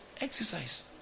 Exercise